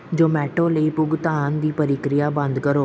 ਜ਼ੋਮੈਟੋ ਲਈ ਭੁਗਤਾਨ ਦੀ ਪ੍ਰਕਿਰਿਆ ਬੰਦ ਕਰੋ